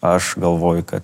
aš galvoju kad